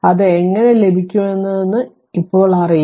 അത് എങ്ങനെ ലഭിക്കുന്നുവെന്ന് ഇപ്പോൾ അറിയുക